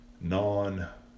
non